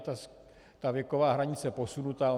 Tam je ta věková hranice posunuta.